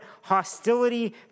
hostility